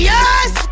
Yes